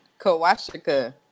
Kawashika